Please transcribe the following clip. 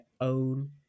own